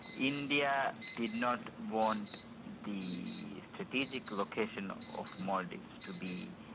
india did not want the strategic location of maldives to be